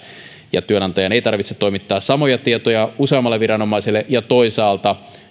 ja työnantajan ei tarvitse toimittaa samoja tietoja useammalle viranomaiselle ja toisaalta